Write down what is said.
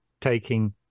taking